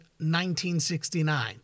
1969